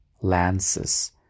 lances